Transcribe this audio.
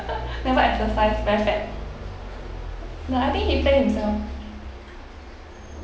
never exercise very fat no I think he play himself